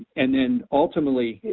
and then ultimately,